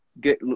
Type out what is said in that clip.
good